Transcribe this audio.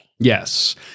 Yes